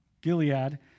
Gilead